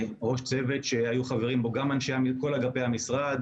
צוות שהיו חברים בו כל אגפי המשרד,